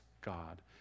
God